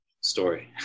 story